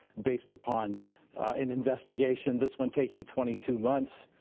based upon an investigation, this one taking twenty two months,